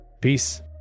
Peace